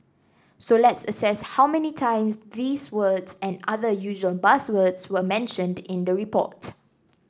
so let's assess how many times these words and other usual buzzwords were mentioned in the report